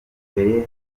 mbere